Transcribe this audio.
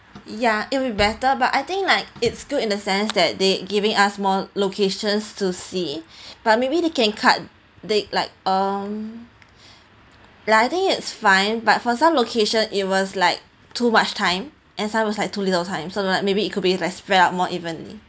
ya it will be better but I think like it's good in a sense that they giving us more locations to see but maybe they can cut the like um like I think it's fine but for some location it was like too much time and some was like too little time so that like maybe it could be like spread out more evenly